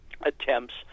attempts